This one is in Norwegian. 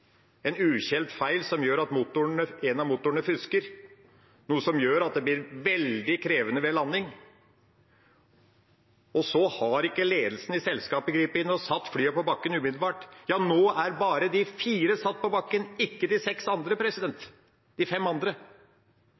en ukjent feil som gjør at en av motorene fusker, noe som gjør at det blir veldig krevende ved landing, og så har ikke ledelsen i selskapet grepet inn og satt flyet på bakken umiddelbart. Nå er bare de fire satt på bakken – ikke de fem andre.